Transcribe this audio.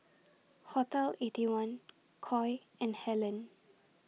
Hotel Eighty One Koi and Helen